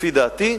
לפי דעתי,